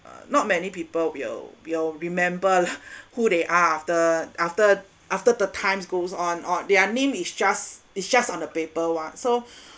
not many people will will remember who they are after after after the times goes on or their name is just is just on the paper [what] so